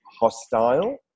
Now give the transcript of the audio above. hostile